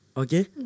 okay